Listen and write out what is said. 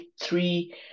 three